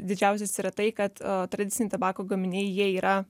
didžiausias yra tai kad tradiciniai tabako gaminiai jie yra